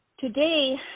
Today